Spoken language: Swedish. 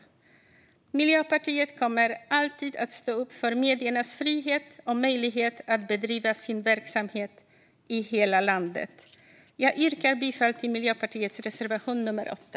Miljöpartiet kommer alltid att stå upp för mediernas frihet och möjligheter att bedriva sin verksamhet i hela landet. Jag yrkar bifall till Miljöpartiets reservation nummer 8.